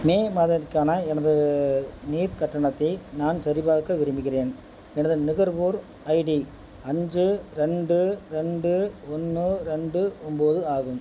மே மாதத்திற்கான எனது நீர் கட்டணத்தை நான் சரிபார்க்க விரும்புகிறேன் எனது நுகர்வோர் ஐடி அஞ்சு ரெண்டு ரெண்டு ஒன்று ரெண்டு ஒன்போது ஆகும்